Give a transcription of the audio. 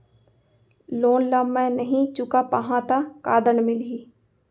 Loan ला मैं नही चुका पाहव त का दण्ड मिलही?